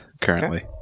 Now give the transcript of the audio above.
Currently